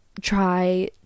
try